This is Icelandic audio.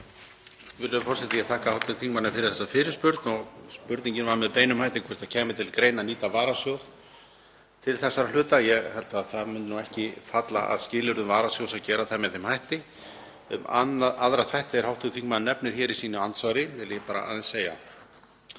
Ég þakka hv. þingmanni fyrir þessa fyrirspurn. Spurningin var með beinum hætti hvort það kæmi til greina að nýta varasjóð til þessara hluta. Ég held að það muni ekki falla að skilyrðum varasjóðs að gera það með þeim hætti. Um aðra þætti er hv. þingmaður nefnir í sínu andsvari vil ég aðeins segja: